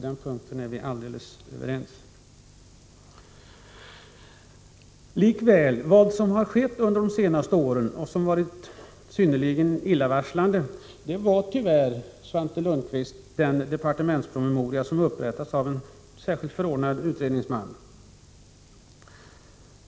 Vi är helt överens på den punkten. Något som på senare tid har varit synnerligen illavarslande, Svante Lundkvist, är den departementspromemoria som upprättades av en särskilt förordnad utredningsman.